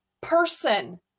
person